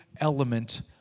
element